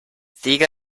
ziege